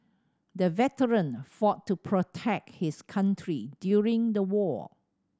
the veteran fought to protect his country during the war